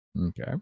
Okay